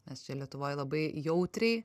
nes čia lietuvoje labai jautriai